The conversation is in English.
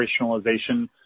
operationalization